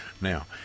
Now